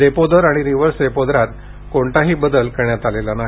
repo दर आणि reverse repo दरात कोणताही बदल करण्यात आलेला नाही